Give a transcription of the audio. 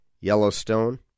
Yellowstone